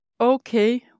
okay